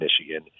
michigan